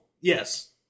yes